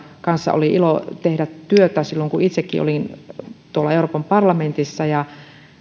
kanssa oli ilo tehdä työtä silloin kun itsekin olin euroopan parlamentissa